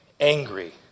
angry